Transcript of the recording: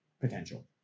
potential